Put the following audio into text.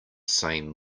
same